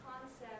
concept